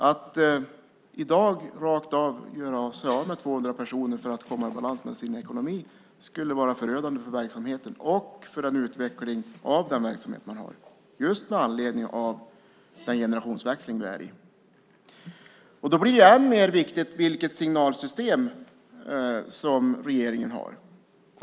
Om man i dag rakt av skulle göra sig av med 200 personer för att komma i balans med sin ekonomi skulle det vara förödande för verksamheten och för utvecklingen av den verksamhet man har, just med anledning av den generationsväxling vi är i. Då blir det än mer viktigt vilket signalsystem regeringen har.